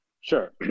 Sure